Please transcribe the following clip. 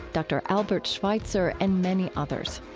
dr. albert schweitzer, and many others.